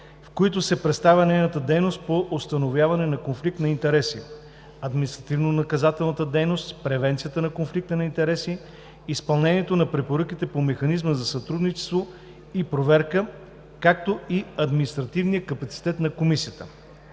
в които се представя нейната дейност по установяването на конфликт на интереси, административнонаказателната дейност, превенцията на конфликта на интереси, изпълнение на препоръките по Механизма за сътрудничество и проверка, както и административния капацитет на Комисията.